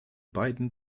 beiden